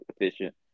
Efficient